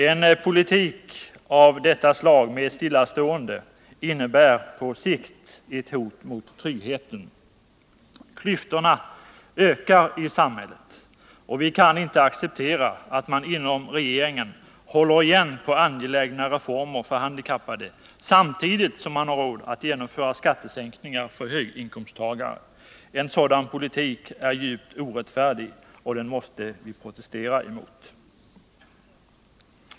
En stillastående politik av detta slag innebär på sikt ett hot mot tryggheten. Klyftorna ökar i samhället. Vi kan inte acceptera att man inom regeringen håller igen på angelägna reformer för handikappade samtidigt som man har råd att genomföra skattesänkningar för höginkomsttagare. En sådan politik är djupt orättfärdig, och den måste vi protestera emot.